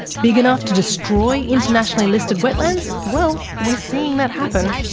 big enough to destroy internationally listed wetlands? well, we're seeing that happen.